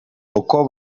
uko